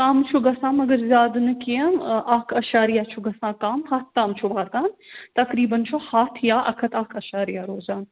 کم چھُ گَژھان مگر زیادٕ نہٕ کیٚنٛہہ اَکھ اَشاریہِ چھُ گَژھان کم ہتھ تام چھُ واتان تقریباً چھُ ہتھ یا اَکھ ہتھ اَکھ اَشاریہِ روزان